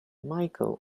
michelle